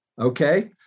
okay